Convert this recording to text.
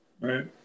Right